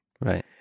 Right